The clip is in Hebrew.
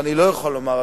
אבל אני לא יכול לומר,